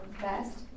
Best